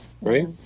right